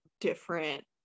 different